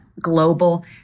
global